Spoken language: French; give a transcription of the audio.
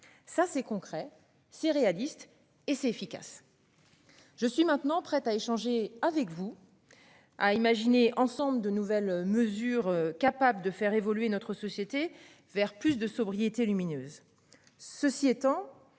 Ça, c'est concret, c'est réaliste et c'est efficace. Je suis maintenant prêt à échanger avec vous. À imaginer ensemble de nouvelles mesures capables de faire évoluer notre société vers plus de sobriété lumineuse. Ceci étant